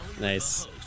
nice